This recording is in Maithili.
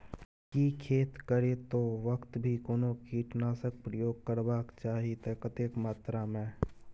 की खेत करैतो वक्त भी कोनो कीटनासक प्रयोग करबाक चाही त कतेक मात्रा में?